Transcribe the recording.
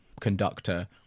conductor